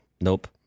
nope